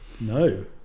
No